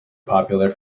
popular